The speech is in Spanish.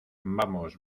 vamos